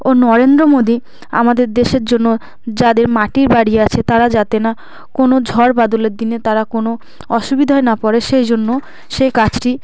ও নরেন্দ্র মোদী আমাদের দেশের জন্য যাদের মাটির বাড়ি আছে তারা যাতে না কোনো ঝড় বাদলের দিনে তারা কোনো অসুবিধায় না পড়ে সেই জন্য সে কাজটি